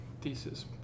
thesis